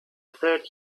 third